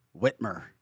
Whitmer